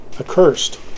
accursed